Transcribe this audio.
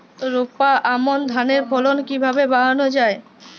রোপা আমন ধানের ফলন কিভাবে বাড়ানো যায়?